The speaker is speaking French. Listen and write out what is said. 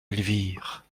elvire